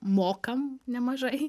mokam nemažai